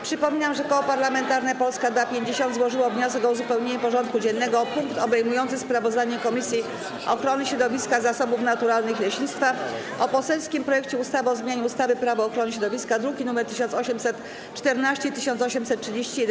Przypominam, że Koło Parlamentarne Polska 2050 złożyło wniosek o uzupełnienie porządku dziennego o punkt obejmujący sprawozdanie Komisji Ochrony Środowiska, Zasobów Naturalnych i Leśnictwa o poselskim projekcie ustawy o zmianie ustawy - Prawo ochrony środowiska, druki nr 1814 i 1831.